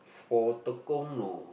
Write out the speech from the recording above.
for Tekong no